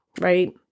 right